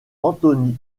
anthony